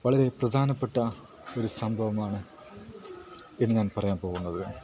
വളരെ പ്രധാനപ്പെട്ട ഒരു സംഭവമാണ് ഇനി ഞാൻ പറയാൻ പോകുന്നത്